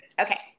Okay